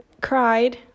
cried